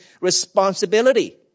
responsibility